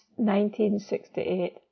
1968